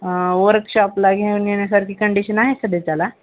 वर्कशॉपला घेऊन येण्यासारखी कंडिशन आहे सध्या त्याला